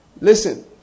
Listen